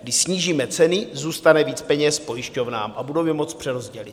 Když snížíme ceny, zůstane více peněz pojišťovnám a budou je moct přerozdělit.